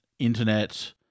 internet